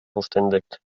verständigt